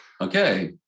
okay